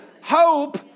hope